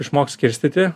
išmokt skirstyti